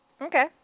Okay